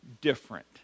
different